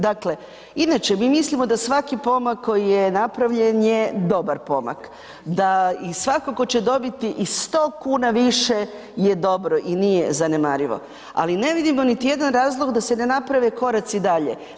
Dakle, inače mi mislimo da svaki pomak koji je napravljen je dobar pomak, da i svako tko će dobiti i 100 kuna više je dobro i nije zanemarivo, ali ne vidimo niti jedan razlog da se ne naprave koraci dalje.